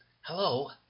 hello